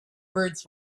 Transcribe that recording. birds